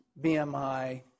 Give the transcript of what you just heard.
BMI